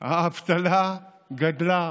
האבטלה גדלה.